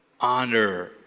honor